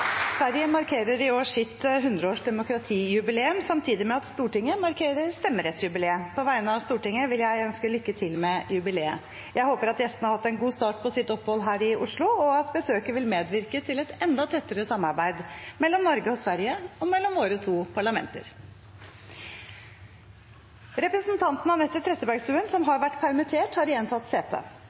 Sverige markerer i år sitt 100-årsjubileum som demokrati, samtidig med at Stortinget markerer stemmerettsjubileet. På vegne av Stortinget vil jeg ønske lykke til med jubileet. Jeg håper at gjestene har hatt en god start på sitt opphold her i Oslo, og at besøket vil medvirke til et enda tettere samarbeid mellom Norge og Sverige, og mellom våre to parlamenter. Representanten Anette Trettebergstuen , som har vært permittert, har igjen tatt sete.